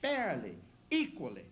fairly equally